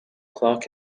clark